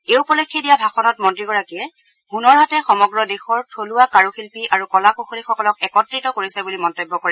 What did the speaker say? এই উপলক্ষে দিয়া ভাষণত মন্ত্ৰীগৰাকীয়ে ছনৰ হাটে সমগ্ৰ দেশৰ থলুৱা কাৰুশিল্পী আৰু কলা কশলীসকলক একত্ৰিত কৰিছে বুলি মন্তব্য কৰে